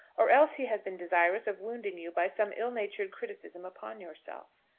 or else he has been desirous of wounding you by some ill-natured criticism upon yourself.